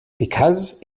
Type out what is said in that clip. because